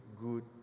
good